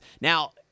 Now